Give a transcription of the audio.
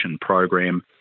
program